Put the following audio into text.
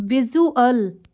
visual